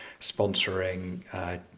sponsoring